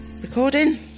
Recording